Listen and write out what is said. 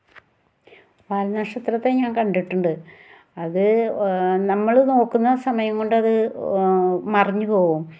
വാൽ നക്ഷത്രത്തെ ഞാൻ കണ്ടിട്ടുണ്ട് അത് നമ്മൾ നോക്കുന്ന സമയം കൊണ്ട് അത് മറഞ്ഞ് പോകും